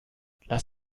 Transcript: lass